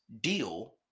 deal